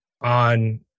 on